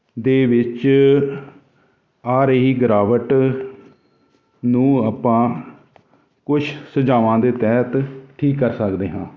ਦੇ ਵਿੱਚ ਆ ਰਹੀ ਗਿਰਾਵਟ ਨੂੰ ਆਪਾਂ ਕੁਝ ਸੁਝਾਵਾਂ ਦੇ ਤਹਿਤ ਠੀਕ ਕਰ ਸਕਦੇ ਹਾਂ